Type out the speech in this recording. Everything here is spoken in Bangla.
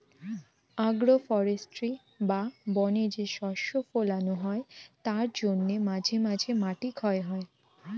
আগ্রো ফরেষ্ট্রী বা বনে যে শস্য ফোলানো হয় তার জন্যে মাঝে মধ্যে মাটি ক্ষয় হয়